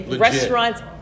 Restaurants